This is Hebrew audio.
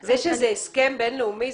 זה שיש הסכם בין-לאומי,